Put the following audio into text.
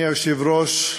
אדוני היושב-ראש,